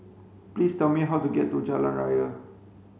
please tell me how to get to Jalan Raya